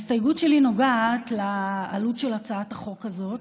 ההסתייגות שלי נוגעת לעלות של הצעת החוק הזאת.